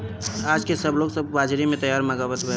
आजके लोग सब कुछ बजारी से तैयार मंगवात हवे